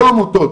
לא עמותות.